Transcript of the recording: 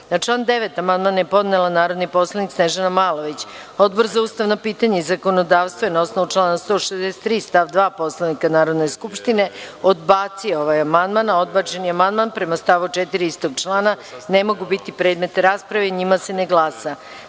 član 9. amandman je podnela narodni poslanik Snežana Malović. Odbor za ustavna pitanja i zakonodavstvo je na osnovu člana 163. stav 2. Poslovnika Narodne skupštine, odbacio ovaj amandman, a odbačeni amandman, prema stavu 4. istog člana, ne mogu biti predmet rasprave i o njima se ne glasa. Na